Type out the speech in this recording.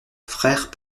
frères